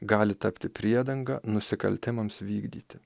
gali tapti priedanga nusikaltimams vykdyti